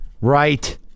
right